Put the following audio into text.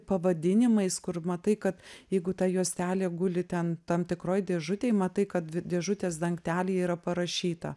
pavadinimais kur matai kad jeigu ta juostelė guli ten tam tikroj dėžutėj matai kad dėžutės dangtelyje yra parašyta